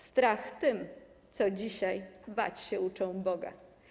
Strach tym - co dzisiaj bać się uczą Boga”